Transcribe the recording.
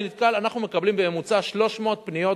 אני נתקל, אנחנו מקבלים בממוצע 300 פניות